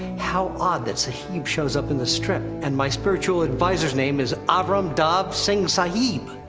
how odd that sahib shows up in the strip, and my spiritual advisor's name is avram dahb singh sahib!